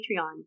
Patreon